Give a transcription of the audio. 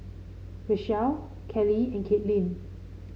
Rachelle Kelley and Caitlynn